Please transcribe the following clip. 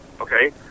Okay